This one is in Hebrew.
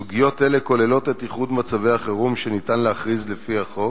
סוגיות אלה כוללות את איחוד מצבי החירום שניתן להכריז לפי החוק,